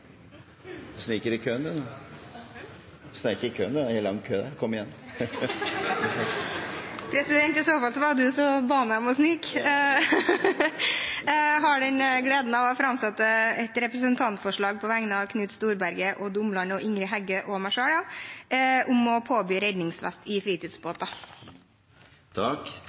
kom igjen! I så fall var det presidenten som ba meg om å snike! Jeg har gleden av å framsette et representantforslag på vegne av Knut Storberget, Odd Omland, Ingrid Heggø og meg selv om å påby redningsvest i